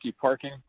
parking